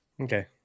okay